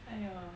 !aiyo!